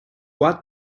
what